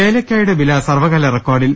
ഏലക്കായയുടെ വില സർവകാല റെക്കോർഡിൽ